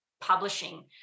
Publishing